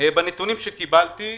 בנתונים שקיבלתי,